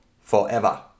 forever